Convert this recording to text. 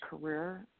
career